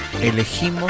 Elegimos